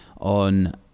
on